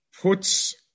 puts